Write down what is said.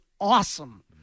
awesome